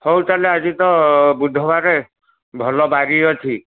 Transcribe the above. ହଉ ତାହେଲେ ଆଜି ତ ବୁଧବାରେ ଭଲ ବାରି ଅଛି